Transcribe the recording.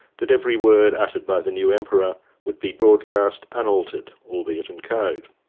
that every word uttered by the new emperor would be broadcast unaltered, albeit in code.